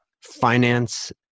finance